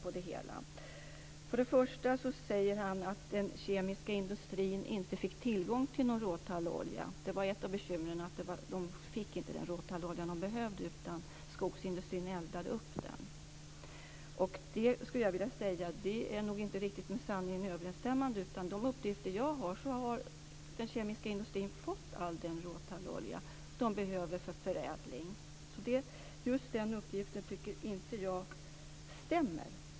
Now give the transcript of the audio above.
Till att börja med säger han att den kemiska industrin inte fick tillgång till den råtallolja som man behövde, och att det var ett av bekymren. Det var skogsindustrin som eldade upp den. Detta är nog inte riktigt med sanningen överensstämmande. Enligt de uppgifter som jag har fått har den kemiska industrin fått all den råtallolja som man behöver för förädling. Därför stämmer inte det svaret.